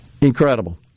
Incredible